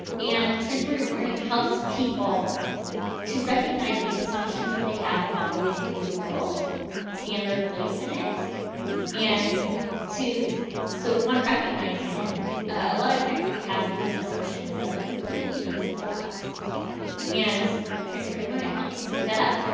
and transformative learning helps people to recognize the assumptions they have about the way they view the world and their place in it and so when recognizing it a lot of times we have these assumptions that are completely invisible to us and transformative learning helps you bring that up,